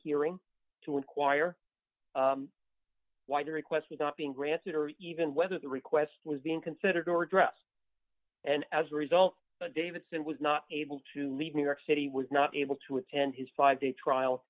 hearing to inquire why the request was not being granted or even whether the request was being considered or addressed and as a result but davison was not able to leave new york city was not able to attend his five day trial